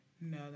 No